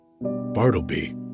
Bartleby